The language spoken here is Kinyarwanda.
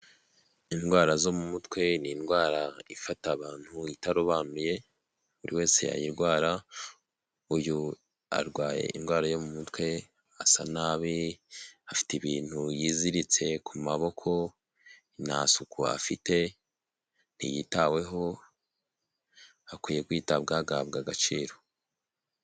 Indwara zo mu mutwe ni indwara ifata abantu itarobanuye buri wese yayirwara. Uyu arwaye indwara yo mu mutwe asa nabi afite ibintu yiziritse ku maboko nta suku afite ntiyitaweho hakwiye kwitabwaho agahabwa agaciro.